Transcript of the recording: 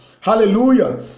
Hallelujah